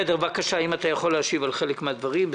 בבקשה, אם אתה יכול להשיב על חלק מן הדברים.